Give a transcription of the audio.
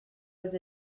was